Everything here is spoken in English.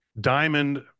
diamond